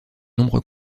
nombres